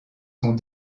sont